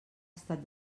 estat